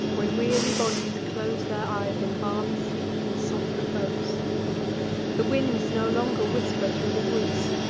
when weary bodies close their eyes in balmy sleep and soft repose the winds no longer whisper thro' the woods,